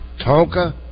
Tonka